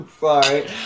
sorry